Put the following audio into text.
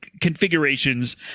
configurations